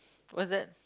what's that